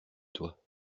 toi